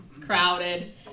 crowded